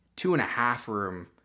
two-and-a-half-room